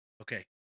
Okay